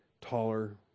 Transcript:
taller